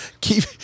keep